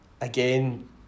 Again